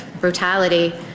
brutality